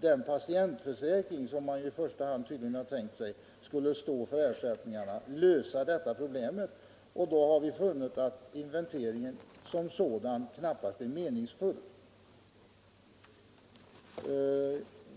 den patientförsäkring man i första hand tydligen tänkt sig skulle stå för ersättningarna lösa detta problem. Då har vi funnit att inventeringen som sådan knappast är meningsfull.